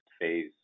phase